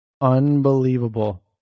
Unbelievable